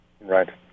Right